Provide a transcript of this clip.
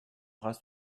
race